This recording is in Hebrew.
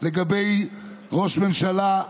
לגבי ראש הממשלה,